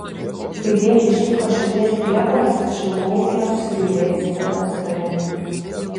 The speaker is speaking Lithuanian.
kai tėtį ištiko širdies priepuolis aš jau buvau ėmusi gailėtis dėl nesutarimų